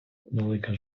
велика